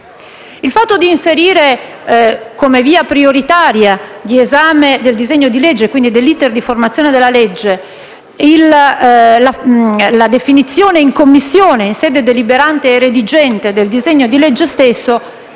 Il fatto di inserire come via prioritaria di esame del disegno di legge, quindi dell'*iter* di formazione della legge, la definizione in Commissione in sede deliberante e redigente del disegno di legge stesso